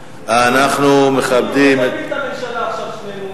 אדוני, אולי נפיל את הממשלה עכשיו שנינו?